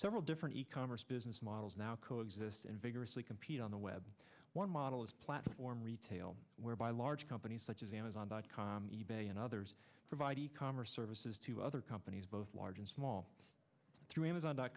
several different e commerce business models now coexist and vigorously compete on the web one model is platform retail whereby large companies such as amazon dot com e bay and others provide e commerce services to other companies both large and small through amazon dot